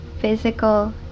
physical